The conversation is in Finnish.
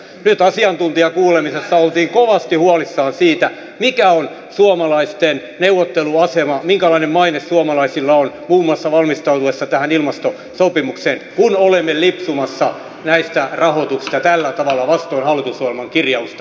nyt asiantuntijakuulemisessa oltiin kovasti huolissaan siitä mikä on suomalaisten neuvotteluasema minkälainen maine suomalaisilla on muun muassa valmistauduttaessa tähän ilmastosopimukseen kun olemme lipsumassa näistä rahoituksista tällä tavalla vastoin hallitusohjelman kirjausta jo tänä vuonna